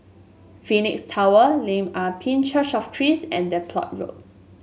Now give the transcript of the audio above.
Phoenix Tower Lim Ah Pin Church of Christ and Depot Road